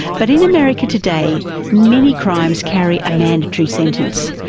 but in america today many crimes carry a mandatory sentence.